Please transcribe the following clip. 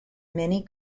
many